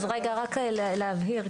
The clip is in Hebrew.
רק כדי להבהיר.